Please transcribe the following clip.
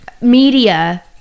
media